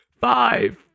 Five